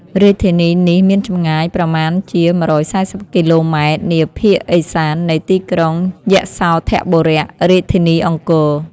រាជធានីនេះមានចម្ងាយប្រមាណជា ១៤០ គីឡូម៉ែត្រ នាភាគឦសាននៃទីក្រុងយសោធរបុរៈ (រាជធានីអង្គរ)។